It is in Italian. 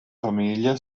famiglia